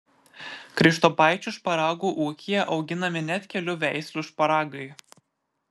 krištopaičių šparagų ūkyje auginami net kelių veislių šparagai